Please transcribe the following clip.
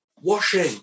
washing